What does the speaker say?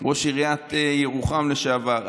ראש עיריית ירוחם לשעבר.